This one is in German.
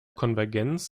konvergenz